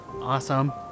Awesome